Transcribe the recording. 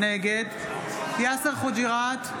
נגד יאסר חוג'יראת,